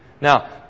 Now